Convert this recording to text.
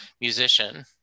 musician